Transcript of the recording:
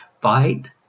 fight